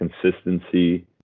consistency